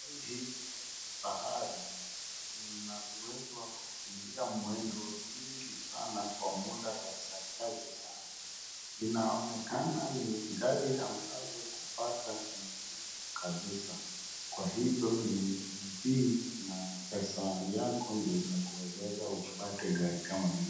Gari hili la kifahari lina uwezo wakukimbia mwendo nyingi sana kwa munda ya saa chache sana. Linaonekana ni gari ambalo kupata ni ngumu kabisa kwa hivyo ni bidii na pesa yako ndiyo itakuwezesha upate gari kama hii.